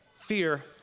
Fear